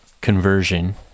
conversion